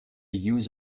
use